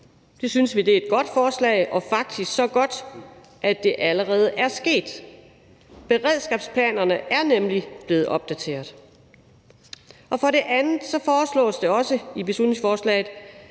Det synes vi er et godt forslag, og faktisk er det så godt, at det allerede er sket. Beredskabsplanerne er nemlig blevet opdateret. For det andet foreslås det også i beslutningsforslaget,